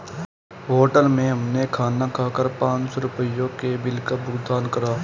hotel में हमने खाना खाकर पाँच सौ रुपयों के बिल का भुगतान करा